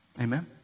Amen